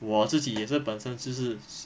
我自己也是本身就是